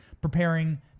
preparing